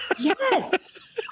Yes